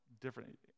different